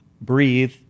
breathe